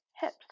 hips